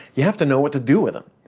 you have to know what to do with them.